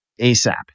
ASAP